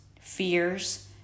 fears